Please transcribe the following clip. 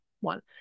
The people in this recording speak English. one